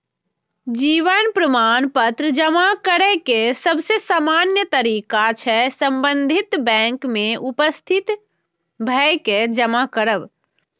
जीवन प्रमाण पत्र जमा करै के सबसे सामान्य तरीका छै संबंधित बैंक में उपस्थित भए के जमा करब